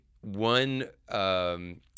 one –